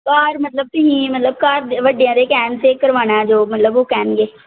ਬਾਹਰ ਮਤਲਬ ਤੁਸੀਂ ਮਤਲਬ ਘਰ ਵੱਡਿਆਂ ਦੇ ਕਹਿਣ 'ਤੇ ਕਰਵਾਉਣਾ ਜੋ ਮਤਲਬ ਉਹ ਕਹਿਣਗੇ